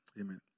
Amen